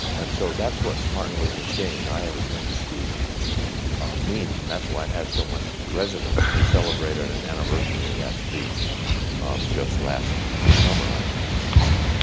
and so that's what martin luther king's i have a dream speech means. and that's why it has so much resonance, and we celebrateed an anniversary of that speech just last summer, as i recall.